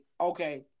Okay